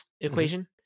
equation